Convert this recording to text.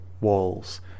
walls